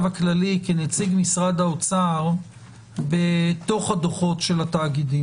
הכללי כנציג משרד האוצר בתוך הדוחות של התאגידים.